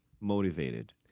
motivated